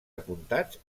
apuntats